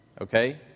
Okay